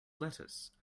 lettuce